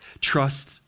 Trust